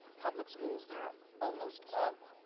public schools that are almost all,